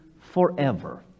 forever